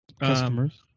customers